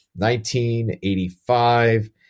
1985